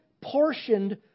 portioned